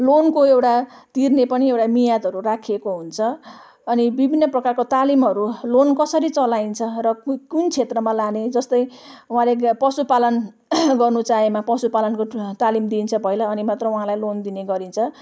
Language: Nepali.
लोनको एउटा तिर्ने पनि एउटा म्यादहरू राखिएको हुन्छ अनि विभिन्न प्रकारको तालिमहरू लोन कसरी चलाइन्छ र कु कुन क्षेत्रमा लाने जस्तै उहाँले पशुपालन गर्नु चाहेमा पशुपालनको तालिम दिइन्छ पहिला अनि मात्र उहाँलाई लोन दिने गरिन्छ